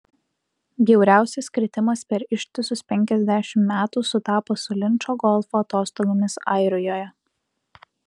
bjauriausias kritimas per ištisus penkiasdešimt metų sutapo su linčo golfo atostogomis airijoje